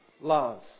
love